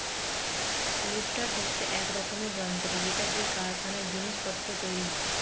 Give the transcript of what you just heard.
lifter হচ্ছে এক রকমের যন্ত্র যেটা দিয়ে কারখানায় জিনিস পত্র তোলা হয়